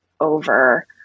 over